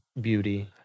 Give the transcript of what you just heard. beauty